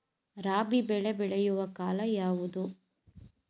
ರಾಬಿ ಬೆಳೆ ಬೆಳೆಯುವ ಕಾಲ ಯಾವುದು?